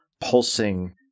pulsing